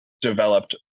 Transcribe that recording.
developed